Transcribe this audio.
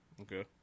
Okay